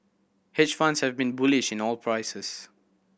hedge funds have been bullish in oil prices